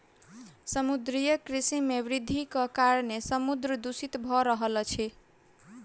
समुद्रीय कृषि मे वृद्धिक कारणेँ समुद्र दूषित भ रहल अछि